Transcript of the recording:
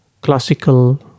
classical